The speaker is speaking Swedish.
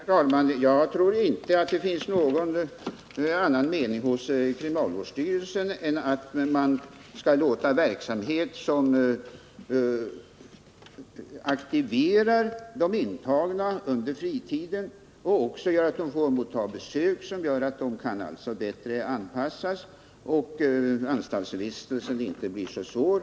Herr talman! Jag tror inte att det finns någon annan mening hos kriminalvårdsstyrelsen än att man skall tillåta sådan veksamhet som aktiverar de intagna under fritiden, som medför att de får motta besök och som gör att de kan bättre anpassas och att anstaltsvistelsen inte blir så svår.